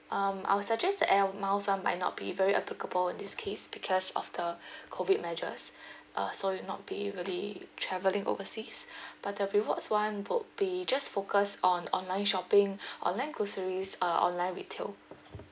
um I would suggest the Air Miles one might not be very applicable in this case because of the COVID measures uh so you not be travelling overseas but the rewards one would be just focus on online shopping online groceries uh online retail